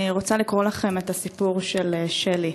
אני רוצה לקרוא לכם את הסיפור של שלי,